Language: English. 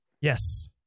Yes